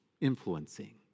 influencing